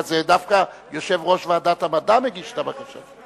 הזה ודווקא יושב-ראש ועדת המדע מגיש את הבקשה?